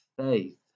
faith